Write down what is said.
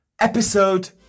episode